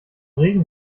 regen